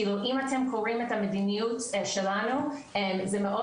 כאילו אם אתם קוראים את המדיניות שלנו זה מאוד